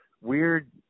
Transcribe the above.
weird